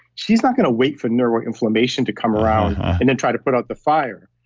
she's not going to wait for neuroinflammation to come around and then try to put out the fire.